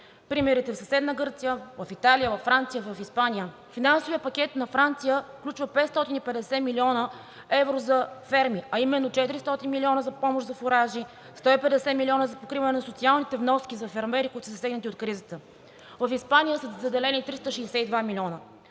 Примерите: в съседна Гърция, в Италия, във Франция, в Испания. Финансовият пакет на Франция включва 550 млн. евро за ферми, а именно 400 милиона за помощ за фуражи, 150 милиона за покриване на социалните вноски за фермери, които са засегнати от кризата. В Испания са заделени 362 милиона.